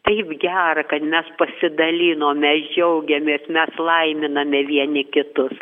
taip gera kad mes pasidalinome džiaugiamės mes laiminame vieni kitus